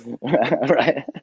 Right